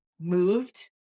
moved